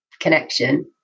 connection